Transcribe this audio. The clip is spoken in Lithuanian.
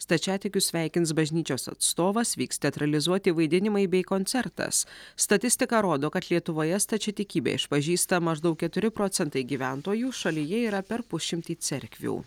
stačiatikius sveikins bažnyčios atstovas vyks teatralizuoti vaidinimai bei koncertas statistika rodo kad lietuvoje stačiatikybę išpažįsta maždaug keturi procentai gyventojų šalyje yra per pusšimtį cerkvių